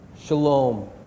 Shalom